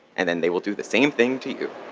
and then they will do the same thing to you.